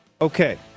Okay